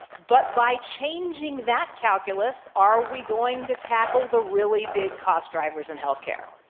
but by changing that calculus, are we going to tackle the really big cost driver's in healthcare?